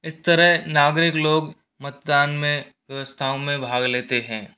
इस तरह नागरिक लोग मतदान में व्यवस्थाओं में भाग लेते हैं